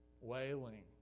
wailing